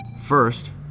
First